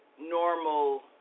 normal